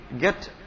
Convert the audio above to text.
Get